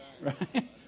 Right